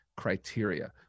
criteria